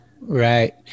Right